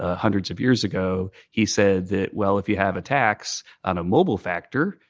ah hundreds of years ago, he said that, well, if you have a tax on a mobile factor,